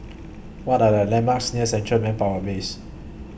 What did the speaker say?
What Are The landmarks near Central Manpower Base